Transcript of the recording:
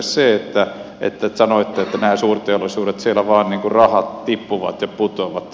sanoitte että nämä suurteollisuudessa vain niin kuin rahat tippuvat ja putoavat